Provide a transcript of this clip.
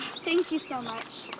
thank you so much.